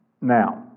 Now